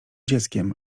dzieckiem